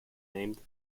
named